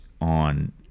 on